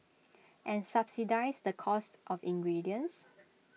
and subsidise the cost of ingredients